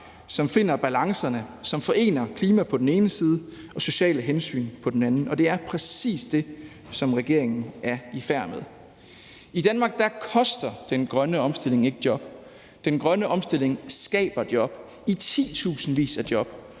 som finder balancerne og forener klima på den ene side og sociale hensyn på den anden. Det er præcis det, som regeringen er i færd med. I Danmark koster den grønne omstilling ikke job. Den grønne omstilling skaber job i titusindvis.